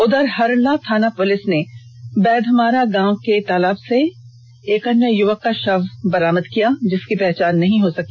उधर हरला थाना पुलिस ने वैधमारा गांव के तालाब से एक युवक का शव बरामद किया है जिसकी अभी पहचान नहीं हो सकी